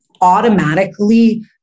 automatically